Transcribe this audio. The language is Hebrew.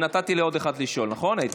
ונתתי לעוד אחד לשאול, נכון, איתן?